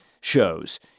shows